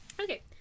Okay